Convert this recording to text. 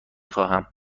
خواهم